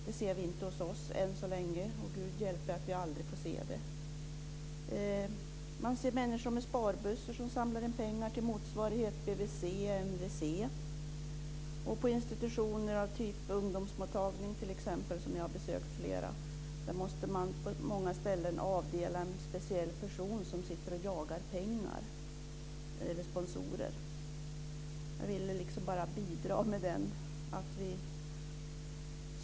Än så länge har vi inte sett något sådant hos oss. Gud hjälpe att vi aldrig får se det! Man ser människor med sparbössor som samlar in pengar till motsvarigheten till BVC och MVC. På institutioner som t.ex. ungdomsmottagningar - jag har besökt flera - måste det på många ställen avdelas en speciell person som sitter och jagar pengar eller sponsorer. Jag ville bidra med den bilden.